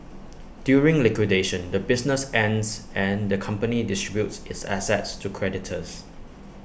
during liquidation the business ends and the company distributes its assets to creditors